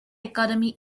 academy